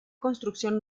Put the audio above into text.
construcción